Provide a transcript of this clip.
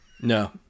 No